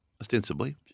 Ostensibly